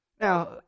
Now